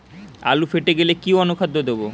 আলু ফেটে গেলে কি অনুখাদ্য দেবো?